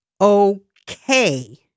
okay